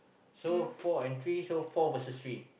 so four and three so four versus three